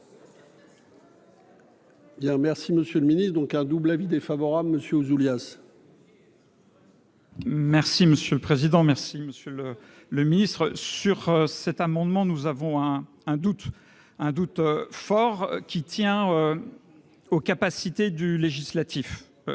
merci Monsieur le Ministre, donc un double avis défavorable monsieur Ouzoulias. Merci monsieur le président, merci Monsieur le le ministre sur cet amendement, nous avons un doute, un doute fort qui tient aux capacités du législatif,